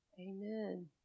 Amen